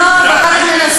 אבל לא על כך עליתי לדבר.